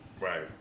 Right